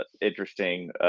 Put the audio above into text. interesting